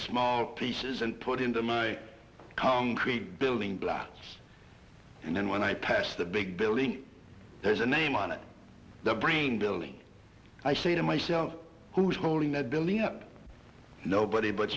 small pieces and put into my concrete building blocks and then when i pass the big building there's a name on it the brain building i say to myself who's holding the building up nobody but